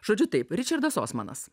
žodžiu taip ričardas osmanas